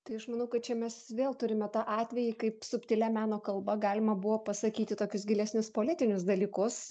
tai aš manau kad čia mes vėl turime tą atvejį kaip subtilia meno kalba galima buvo pasakyti tokius gilesnius politinius dalykus